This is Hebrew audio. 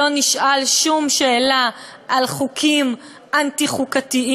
שלא נשאל שום שאלה על חוקים אנטי-חוקתיים,